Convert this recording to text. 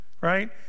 Right